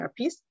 therapies